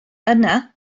yna